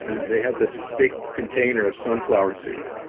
and they had this big container of sunflower seeds.